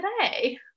today